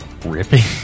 ripping